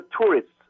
tourists